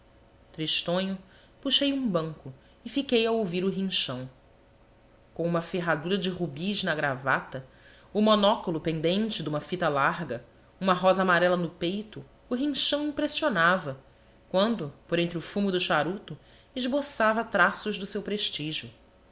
paris tristonho puxei um banco e fiquei a ouvir o rinchão com uma ferradura de rubis na gravata o monóculo pendente de uma fita larga uma rosa amarela no peito o rinchão impressionava quando por entre o fumo do charuto esboçava traços do seu prestígio